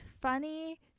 funny